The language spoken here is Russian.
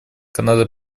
канада